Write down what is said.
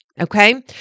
Okay